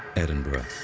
edinburgh,